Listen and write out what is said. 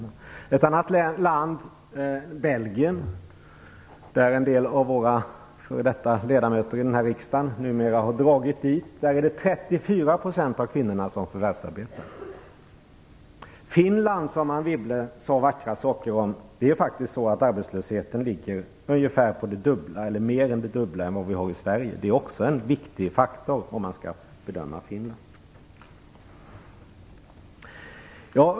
I ett annat land, Belgien, dit en del av våra f.d. ledamöter av denna riksdag numera har dragit, är det 34 % av kvinnorna som förvärvsarbetar. I Finland, som Anne Wibble sade vackra saker om, ligger arbetslösheten på ungefär det dubbla eller mer jämfört med vad vi har i Sverige. Det är också en viktig faktor om man skall bedöma Finland.